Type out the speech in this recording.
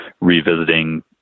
revisiting